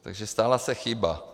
Takže stala se chyba.